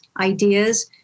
ideas